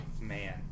man